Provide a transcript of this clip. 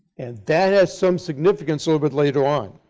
and that has some significance so but later on.